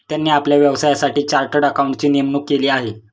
त्यांनी आपल्या व्यवसायासाठी चार्टर्ड अकाउंटंटची नेमणूक केली आहे